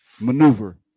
maneuver